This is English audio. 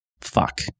fuck